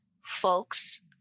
folks